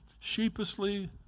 sheepishly